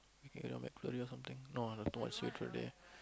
okay not bad query or something no ah don't today